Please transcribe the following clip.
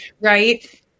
right